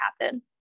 happen